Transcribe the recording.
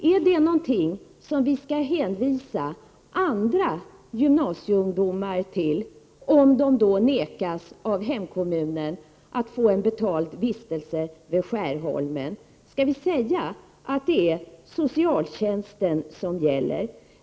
Är det någonting som andra gymnasieungdomar skall hänvisas till, om de av hemkommunen nekas att få en betald vistelse vid Skärholmens gymnasium? Skall det vara socialtjänsten som gäller?